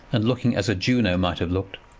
and looking as a juno might have looked.